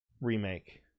Remake